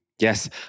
Yes